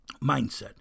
mindset